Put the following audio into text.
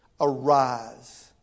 arise